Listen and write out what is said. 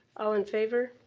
all in favor.